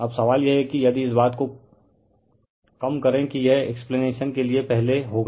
अब सवाल यह है कि यदि इस बात को कम करे कि यह एक्सप्लेनेशन के लिए पहले होगा